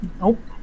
Nope